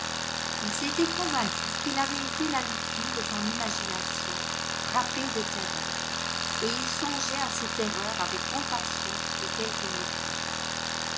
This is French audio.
il s'était convaincu qu'il avait été la victime de son imagination frappée de terreur et il songeait à ses terreurs avec compassion et quelque mépris